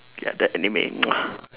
ya that anime